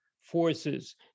forces